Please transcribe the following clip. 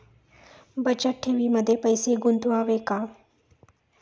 बचत ठेवीमध्ये पैसे गुंतवावे का?